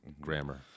grammar